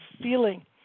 feeling